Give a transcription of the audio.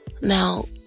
Now